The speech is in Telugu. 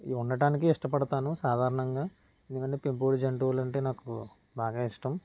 ఇవి ఉండటానికే ఇష్టపడతాను సాధారణంగా ఎందుకంటే పెంపుడు జంతువులంటే నాకు బాగా ఇష్టం